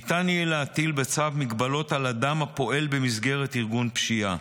ניתן יהיה להטיל בצו מגבלות על אדם הפועל במסגרת ארגון פשיעה,